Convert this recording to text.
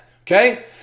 Okay